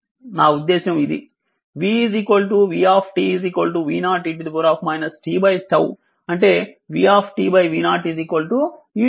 నా ఉద్దేశ్యం ఇది v v v0 e t 𝜏 అంటే v v 0 e t 𝜏